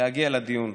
להגיע לדיון.